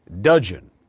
dudgeon